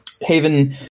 Haven